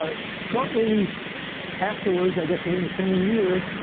ah shortly afterwards, i guess within the same year,